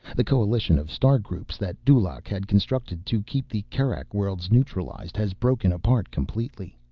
the coalition of star groups that dulaq had constructed to keep the kerak worlds neutralized has broken apart completely.